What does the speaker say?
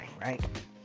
right